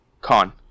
Con